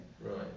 Right